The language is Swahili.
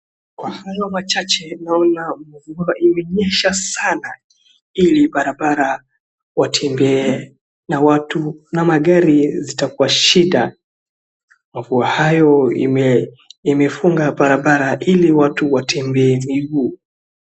Kwa hayo machache naona mvua ilinyesha sana ili barabara watembee na watu na magari zitakuwa shida ,mvua hayo imefunga barabara ili watu watembee miguu.